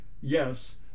yes